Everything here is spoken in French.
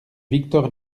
victor